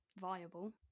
viable